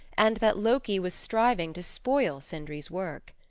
and that loki was striving to spoil sindri's work.